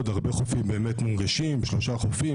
חופים באמת מונגשים שלושה חופים,